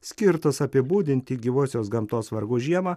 skirtas apibūdinti gyvosios gamtos vargus žiemą